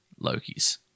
Lokis